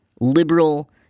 liberal